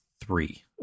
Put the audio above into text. three